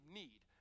need